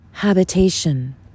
Habitation